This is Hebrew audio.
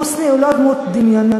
חוסני הוא לא דמות דמיונית,